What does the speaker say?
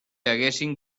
haguessin